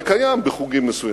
זה קיים בחוגים מסוימים,